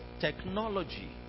technology